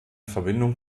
verbindung